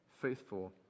faithful